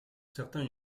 certains